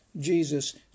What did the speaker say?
Jesus